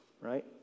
right